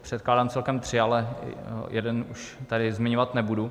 Předkládám celkem tři, ale jeden už tady zmiňovat nebudu.